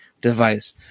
device